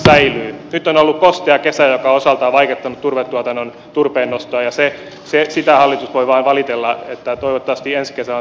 nyt on ollut kostea kesä joka on osaltaan vaikeuttanut turpeennostoa ja sitä hallitus voi vain valitella toivottavasti ensi kertaa